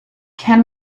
can